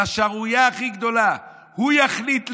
על השערורייה הכי גדולה: הוא יחליט לנו,